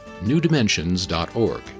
newdimensions.org